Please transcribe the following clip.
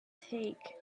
take